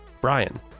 Brian